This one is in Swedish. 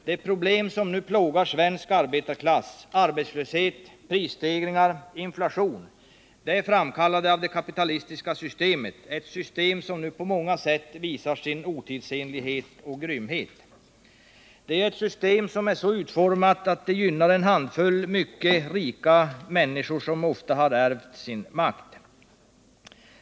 De problem som nu plågar svensk arbetarklass — arbetslöshet, prisstegringar, inflation — är framkallade av det kapitalistiska systemet, ett system som nu på många sätt visar sin otidsenlighet och grymhet. Det är ett system som är så utformat att det gynnar en handfull mycket rika människor, som ofta har ärvt sin makt.